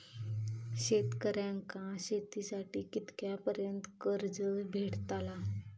शेतकऱ्यांका शेतीसाठी कितक्या पर्यंत कर्ज भेटताला?